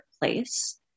place